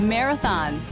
Marathon